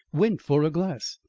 went for a glass,